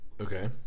okay